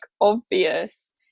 obvious